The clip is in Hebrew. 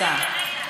הצעה.